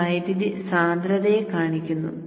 അത് വൈദ്യുതി സാന്ദ്രതയെ കാണിക്കുന്നു